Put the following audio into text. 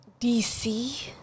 DC